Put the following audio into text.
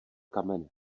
kamene